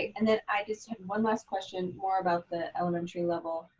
and then i just have one last question, more about the elementary level,